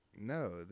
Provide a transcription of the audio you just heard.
No